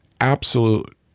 absolute